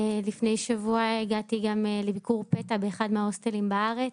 לפני שבוע הגעתי לביקור פתע באחד מההוסטלים בארץ.